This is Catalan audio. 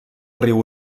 riu